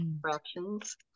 fractions